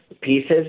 pieces